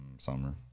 Summer